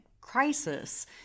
crisis